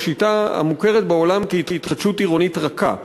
השיטה הידועה בעולם כ"התחדשות עירונית רכה",